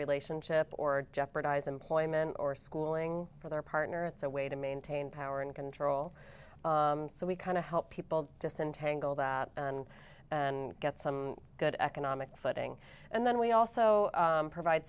relationship or jeopardize employment or schooling for their partner it's a way to maintain power and control so we kind of help people disentangle that and and get some good economic footing and then we also provide